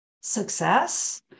success